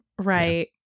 Right